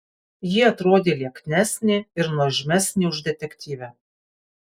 ji atrodė lieknesnė ir nuožmesnė už detektyvę